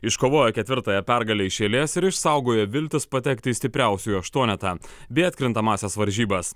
iškovojo ketvirtąją pergalę iš eilės ir išsaugojo viltis patekti į stipriausiųjų aštuonetą bei atkrintamąsias varžybas